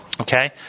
Okay